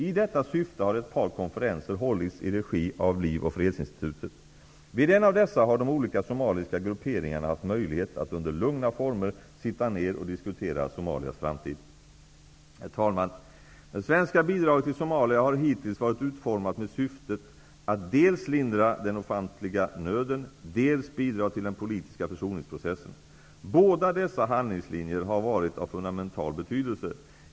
I detta syfte har ett par konferenser hållits i regi av Liv och Fredsinstitutet. Vid en av dessa har de olika somaliska grupperingarna haft möjlighet att under lugna former sitta ner och diskutera Somalias framtid. Herr talman! Det svenska bidraget till Somalia har hittills varit utformat med syftet att dels lindra den ofantliga nöden, dels bidra till den politiska försoningsprocessen. Båda dessa handlingslinjer har varit av fundamental betydelse.